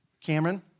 Cameron